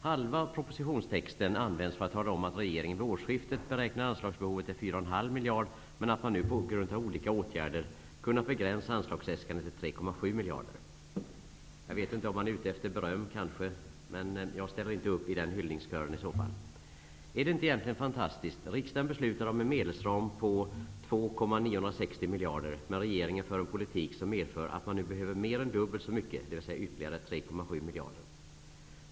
Halva propositionstexten används för att tala om att regeringen vid årsskiftet beräknade anslagsbehovet till 4 1/2 miljarder, men att man nu på grund av olika åtgärder kunnat begränsa anslagsäskandet till 3,7 miljarder. Jag vet inte om man är ute efter beröm, men jag ställer inte upp i den hyllningskören i så fall. Är det inte fantastiskt? Riksdagen beslutar om en medelsram på 2,960 miljarder, men regeringen för en politik som medför att man nu behöver mer än dubbelt så mycket, dvs. ytterligare 3,7 miljarder.